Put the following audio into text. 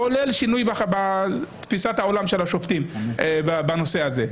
כולל שינוי בתפיסת העולם של השופטים בנושא הזה.